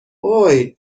هوووی